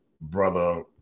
Brother